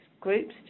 groups